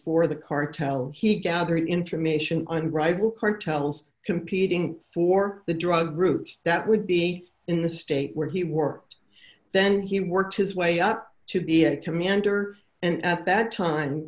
for the cartel he gather information on rival cartels competing for the drug routes that would be in the state where he worked then he worked his way up to be a commander and at that time